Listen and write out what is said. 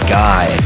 guy